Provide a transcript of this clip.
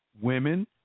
Women